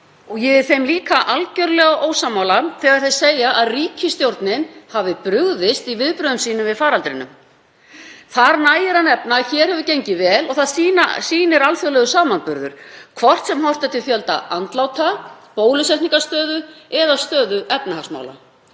er þeim líka algerlega ósammála þegar þeir segja að ríkisstjórnin hafi brugðist í viðbrögðum sínum við faraldrinum. Þar nægir að nefna að hér hefur gengið vel og það sýnir alþjóðlegur samanburður, hvort sem horft er til fjölda andláta, bólusetningarstöðu eða stöðu efnahagsmála.